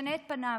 את פניו.